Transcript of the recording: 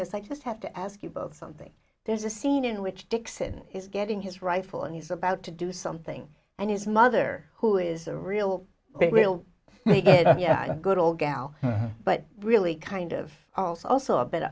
this i just have to ask you both something there's a scene in which dixon is getting his rifle and he's about to do something and his mother who is a real big deal yeah a good old gal but really kind of also also a bit o